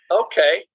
Okay